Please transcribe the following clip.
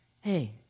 hey